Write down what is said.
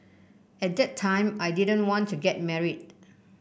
at that time I didn't want to get married